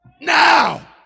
Now